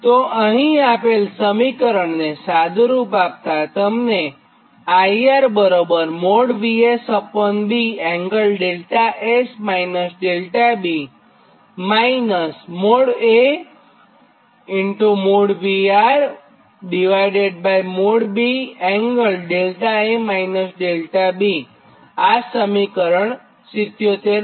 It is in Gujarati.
તો અહીં આપેલ સમીકરણને સાદુરૂપ આપતાંતમને IR|VS||B|∠ δS δB A|VR||B|∠ δA δB આ સમીકરણ 77 છે